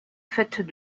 faites